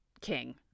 King